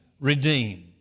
redeem